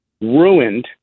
ruined